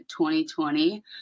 2020